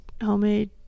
homemade